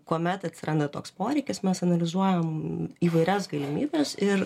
kuomet atsiranda toks poreikis mes analizuojam įvairias galimybes ir